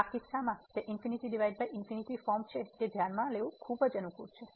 તેથી આ કિસ્સામાં તે ∞∞ ફોર્મ છે તે ધ્યાનમાં લેવું ખૂબ અનુકૂળ છે